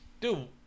dude